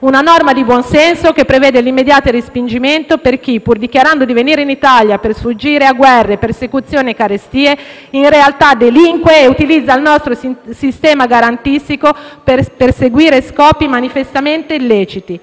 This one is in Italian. una norma di buonsenso che prevede l'immediato respingimento di chi, pur dichiarando di venire in Italia per sfuggire a guerre, persecuzioni e carestie, in realtà delinque e utilizza il nostro sistema garantistico per perseguire scopi manifestamente illeciti.